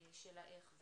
של האיך.